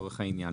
לצורך העניין.